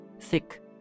Thick